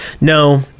No